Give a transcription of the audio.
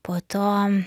po to